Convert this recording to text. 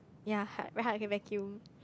ya hard very hard to get back to you